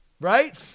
Right